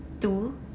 two